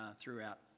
throughout